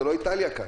זה לא איטליה כאן.